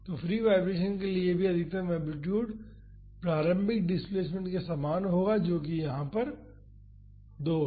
तो free vibration के लिए भी अधिकतम एम्पलीटूड प्रारंभिक डिस्प्लेस्मेंट के समान होगा जो कि यहां 2 है